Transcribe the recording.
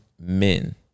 men